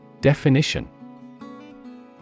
Definition